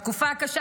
בתקופה הקשה